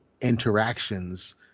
interactions